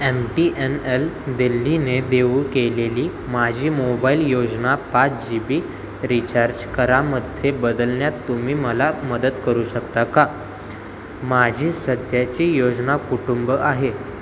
M T N L दिल्लीने देऊ केलेली माझी मोबाईल योजना पाच जीबी रीचार्ज करामध्ये बदलण्यात तुम्ही मला मदत करू शकता का माझी सध्याची योजना कुटुंब आहे